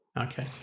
Okay